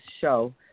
show